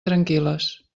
tranquil·les